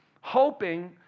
hoping